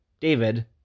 David